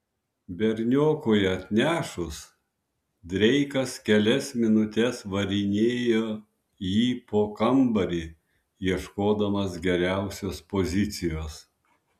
berniokui atnešus dreikas kelias minutes varinėjo jį po kambarį ieškodamas geriausios pozicijos